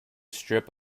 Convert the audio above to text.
strip